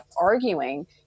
arguing